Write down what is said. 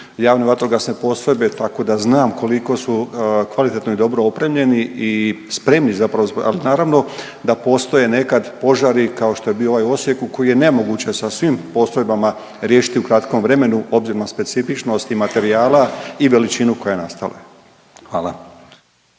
Javne vatrogasne postrojbe, tako da znam koliko su kvalitetno i dobro opremljeni i spremni zapravo. Ali naravno da postoje nekad požari kao što je bio ovaj u Osijeku koji je nemoguće sa svim postrojbama riješiti u kratkom vremenu, obzirom na specifičnosti materijala i veličinu koja je nastala. Hvala.